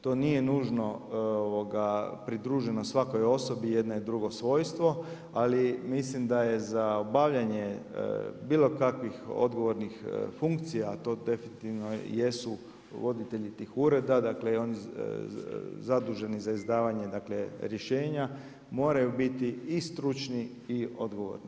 To nije nužno pridiženo svakoj osobi, jedno je drugo svojstvo, ali mislim da je za obavljanje, bilo kakvih odgovornih funkcija to definitivno jesu voditelji tih ureda, dakle i oni zaduženi za izdavanje rješenja, moraju biti i stručni i odgovorni.